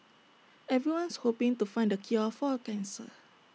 everyone's hoping to find the cure for cancer